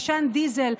עשן דיזל,